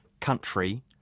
country